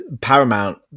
paramount